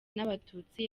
n’abatutsi